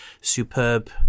superb